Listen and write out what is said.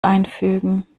einfügen